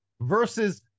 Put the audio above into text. versus